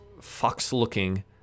fox-looking